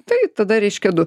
tai tada reiškia du